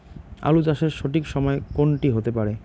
আলু চাষের সঠিক সময় কোন টি হতে পারে?